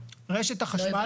רשת החשמל,